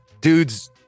Dudes